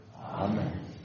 Amen